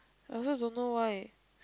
I also don't know why